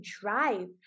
drive